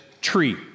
tree